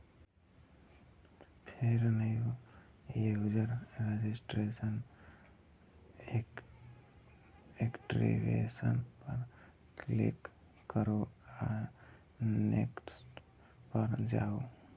फेर new user registration, activation पर click करू आ नेक्स्ट पर जाउ